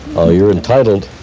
you're entitled.